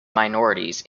minorities